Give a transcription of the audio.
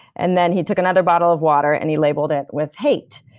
and then he took another bottle of water and he labeled it with hate.